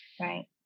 Right